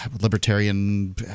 libertarian